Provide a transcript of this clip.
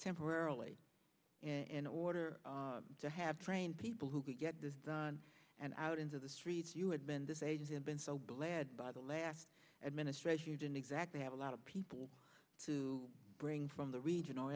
temporarily in order to have trained people who could get this done and out into the streets you had been this agency and been so glad by the last administration you didn't exactly have a lot of people to bring from the region or